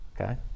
Okay